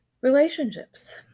relationships